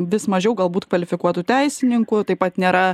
vis mažiau galbūt kvalifikuotų teisininkų taip pat nėra